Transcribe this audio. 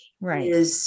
Right